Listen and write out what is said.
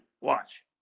Watch